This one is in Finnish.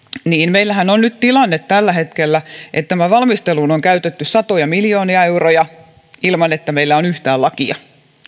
meillähän on nyt tilanne tällä hetkellä että tämän valmisteluun on käytetty satoja miljoonia euroja ilman että meillä on yhtään lakia